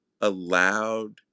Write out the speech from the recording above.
allowed